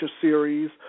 series